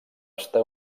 estar